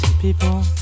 people